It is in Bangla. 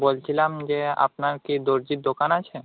বলছিলাম যে আপনার কি দর্জির দোকান আছে